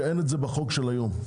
שאין את זה בחוק של היום.